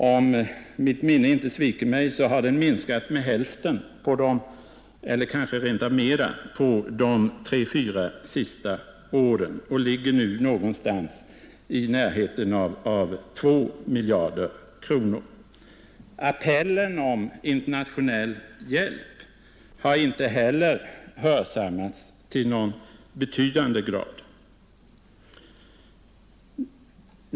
Om mitt minne inte sviker mig har den minskat med hälften eller rent av mer under de tre fyra senaste åren och ligger nu någonstans i närheten av 2 miljarder kronor. Appellen om internationell hjälp har inte heller hörsammats i någon betydande grad.